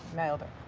nailed it.